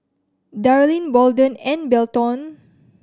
Darline Bolden and Belton